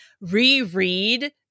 reread